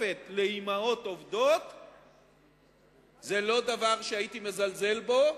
לאמהות עובדות לשנה זה לא דבר שהייתי מזלזל בו,